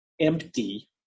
empty